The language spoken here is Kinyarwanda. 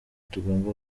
tugomba